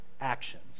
actions